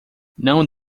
não